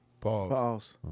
Pause